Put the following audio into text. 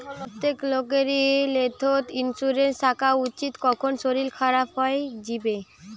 প্রত্যেক লোকেরই health insurance থাকা উচিত, কখন শরীর খারাপ হই যিবে